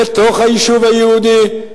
בתוך היישוב היהודי.